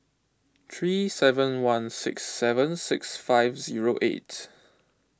three seven one six seven six five zero eight